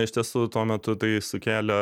iš tiesų tuo metu tai sukėlė